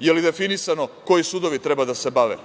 li je definisano koji sudovi treba da se bave